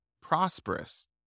prosperous